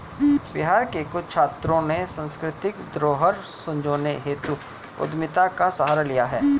बिहार के कुछ छात्रों ने सांस्कृतिक धरोहर संजोने हेतु उद्यमिता का सहारा लिया है